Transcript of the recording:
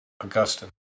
Augustine